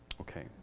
Okay